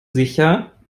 sicher